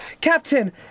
Captain